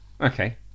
Okay